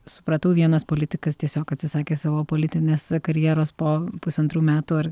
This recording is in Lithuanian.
supratau vienas politikas tiesiog atsisakė savo politinės karjeros po pusantrų metų ar